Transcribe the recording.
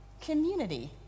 community